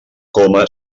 coma